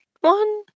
one